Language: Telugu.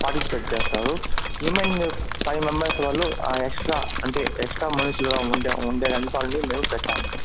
పాటిసిపేట్ చేస్తారు రిమైనింగ్ ఫైవ్ మెంబెర్స్ వాళ్ళు ఎక్స్ట్రా అంటే ఎక్స్ట్రా మనుషులుగా ఉండే ఉండేదానికి వాళ్ళని మేము పెట్టాం